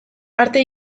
arte